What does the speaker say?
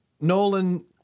Nolan